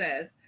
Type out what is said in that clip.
says